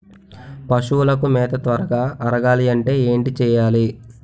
పశువులకు మేత త్వరగా అరగాలి అంటే ఏంటి చేయాలి?